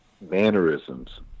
mannerisms